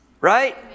Right